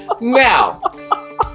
Now